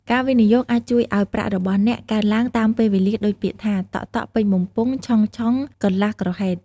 ការវិនិយោគអាចជួយឱ្យប្រាក់របស់អ្នកកើនឡើងតាមពេលវេលាដូចពាក្យថា តក់ៗពេញបំពង់ ឆុងៗកន្លះក្រហេត។